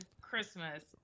Christmas